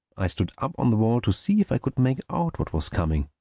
i stood up on the wall to see if i could make out what was coming.